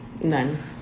None